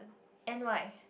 N Y